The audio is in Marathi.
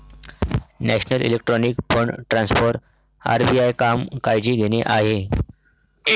national electronic fund transfer RBI काम काळजी घेणे आहे